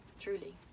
truly